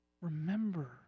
remember